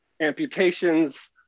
amputations